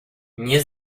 nie